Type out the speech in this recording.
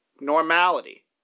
normality